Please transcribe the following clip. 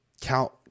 count